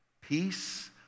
Peace